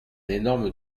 énorme